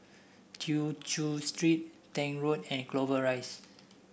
Tew Chew Street Tank Road and Clover Rise